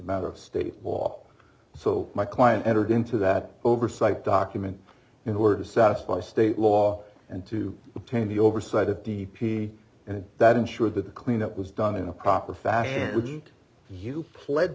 matter of state law so my client entered into that oversight document in order to satisfy state law and to obtain the oversight of d p and that ensure that the cleanup was done in a proper fashion you pled